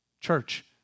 Church